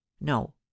no